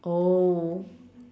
oh